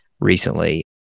recently